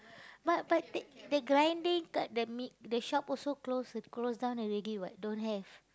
but but they they grinding got the mi~ the shop also close close down already [what] don't have